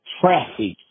traffic